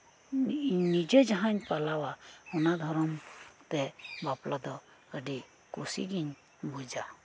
ᱤᱧ ᱱᱤᱡᱮ ᱡᱟᱦᱟᱧ ᱯᱟᱞᱟᱣᱟ ᱚᱱᱟ ᱫᱷᱚᱨᱚᱢ ᱛᱮ ᱵᱟᱯᱞᱟᱫᱚ ᱟᱹᱰᱤ ᱠᱩᱥᱤᱜᱤᱧ ᱵᱩᱡᱟ